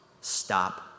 Stop